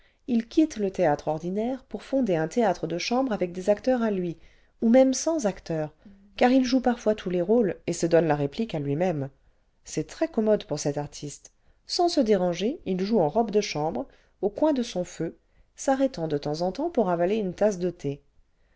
il quitte le théâtre ordinaire pour fonder un théâtre de chambre avec des acteurs à lui ou même sans acteurs car il joue parfois tous les rôles et se donne la réplique à lui-même c'est très commode pour cet artiste sans se déranger il joue en robe de chambre au coin de son feu s'arrêtant de temps en temps pour avaler une tasse de thé